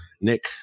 Nick